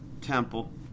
temple